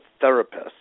therapist